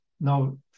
now